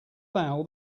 foul